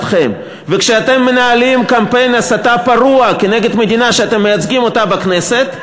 וכשאתם מנהלים קמפיין הסתה פרוע נגד מדינה שאתם מייצגים בכנסת,